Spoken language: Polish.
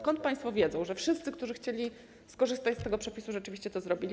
Skąd państwo wiedzą, że wszyscy, którzy chcieli skorzystać z tego przepisu, rzeczywiście to zrobili?